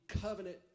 covenant